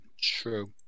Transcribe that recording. true